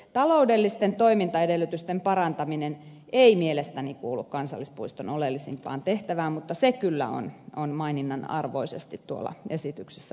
taloudellisten toimintaedellytysten parantaminen ei mielestäni kuulu kansallispuiston oleellisimpaan tehtävään mutta se kyllä on maininnan arvoisesti tuolla esityksessä mukana